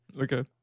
Okay